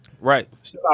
Right